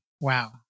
Wow